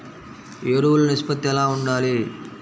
ఎరువులు నిష్పత్తి ఎలా ఉండాలి?